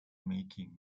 making